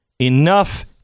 Enough